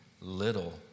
little